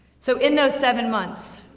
so, in those seven months,